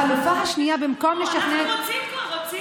החלופה השנייה במקום לשכנע, אנחנו רוצים ממשלה.